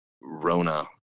Rona